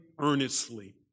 earnestly